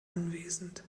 anwesend